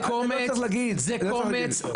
זה קומץ.